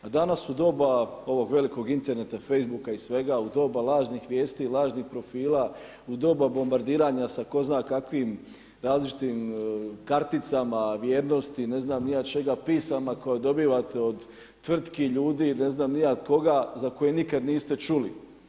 A danas u doba ovog velikog interneta, Facebooka i svega, u doba lažnih vijesti, lažnih profila, u doba bombardiranja sa tko zna kakvim različitim karticama, vrijednosti ne znam ni ja čega, pisama koje dobivate od tvrtki, ljudi, ne znam ni ja koga za koje nikad niste čuli.